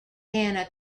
anna